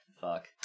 Fuck